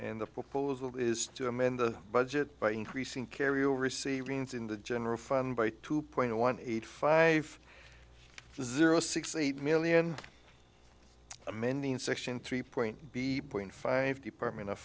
proposal is to amend the budget by increasing carry over see remains in the general fund by two point zero one eight five zero six eight million amending section three point b point five department of